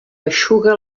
eixuga